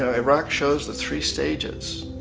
ah iraq showes the three stages.